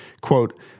quote